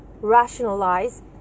rationalize